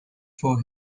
for